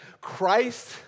Christ